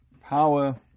power